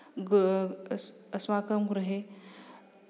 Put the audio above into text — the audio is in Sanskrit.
अस्माकं गृहे